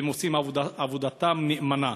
והם עושים עבודתם נאמנה.